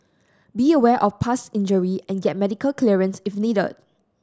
be aware of past injury and get medical clearance if needed